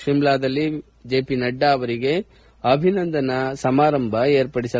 ಶಿಮ್ದಾದಲ್ಲಿ ಜೆಪಿ ನಡ್ಡಾ ಅವರಿಗೆ ಅಭಿನಂದನಾ ಸಮಾರಂಭ ಏರ್ಪಡಿಸಲಾಗಿದೆ